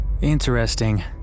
Interesting